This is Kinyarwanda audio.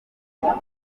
nkombo